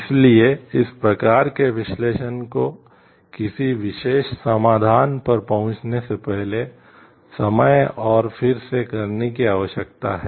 इसलिए इस प्रकार के विश्लेषण को किसी विशेष समाधान पर पहुंचने से पहले समय और फिर से करने की आवश्यकता है